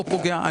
לא פוגע,